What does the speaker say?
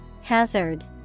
Hazard